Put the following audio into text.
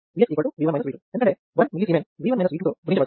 Vx V1 V2 ఎందుకంటే 1mS తో గుణించబడుతుంది